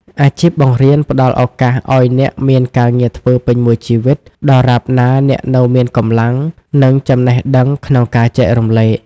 អាជីពបង្រៀនផ្តល់ឱកាសឱ្យអ្នកមានការងារធ្វើពេញមួយជីវិត ដរាបណាអ្នកនៅមានកម្លាំង និងចំណេះដឹងក្នុងការចែករំលែក។